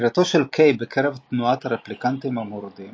חקירתו של קיי בקרב תנועת הרפליקנטים המורדים